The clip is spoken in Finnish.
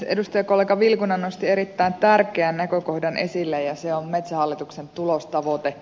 edustajakollega vilkuna nosti erittäin tärkeän näkökohdan esille ja se on metsähallituksen tulostavoite